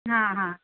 ಹಾಂ ಹಾಂ